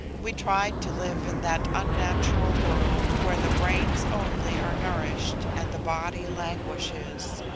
we tried to live in that unnatural world where the brains only are nourished and the body languishes.